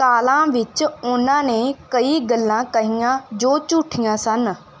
ਕਾਲਾਂ ਵਿੱਚ ਉਨ੍ਹਾਂ ਨੇ ਕਈ ਗੱਲਾਂ ਕਹੀਆਂ ਜੋ ਝੂਠੀਆਂ ਸਨ